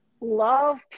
love